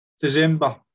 December